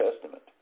Testament